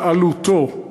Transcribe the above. שעלותו,